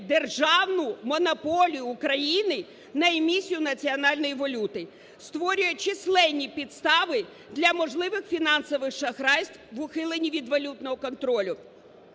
державну монополію України на емісію національної валюти, створює численні підстави для можливих фінансових шахрайств в ухиленні від валютного контролю,